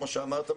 כמו שאמרת,